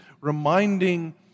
reminding